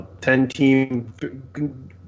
Ten-team